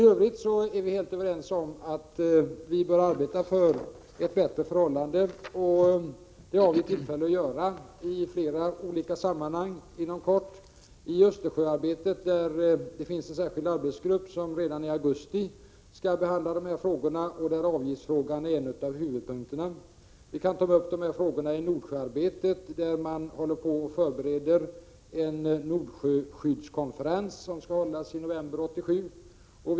I övrigt är vi helt överens om att vi bör arbeta för bättre förhållanden. Det avser vi också att göra inom kort i flera olika sammanhang. I Östersjöarbetet finns det en särskild arbetsgrupp som redan i augusti skall behandla dessa frågor, och där är avgiftsfrågan en av huvudpunkterna. Vi kan också ta upp dessa frågor i Nordsjöarbetet, där man håller på att förbereda en Nordsjöskyddskonferens som skall hållas i november 1987.